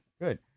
Good